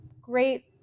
great